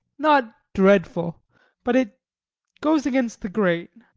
not dreadful but it goes against the grain.